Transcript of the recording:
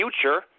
future